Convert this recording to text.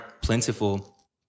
plentiful